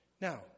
Now